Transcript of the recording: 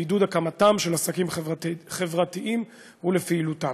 בעידוד הקמתם של עסקים חברתיים ובפעילותם.